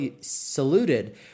saluted